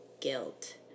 guilt